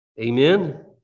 Amen